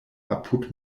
apud